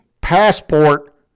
passport